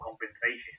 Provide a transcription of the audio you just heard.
compensation